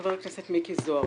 חבר הכנסת מיקי זוהר.